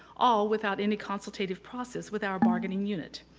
all without any consultative process with our bargaining unit.